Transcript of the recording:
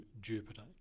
Jupiter